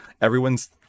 everyone's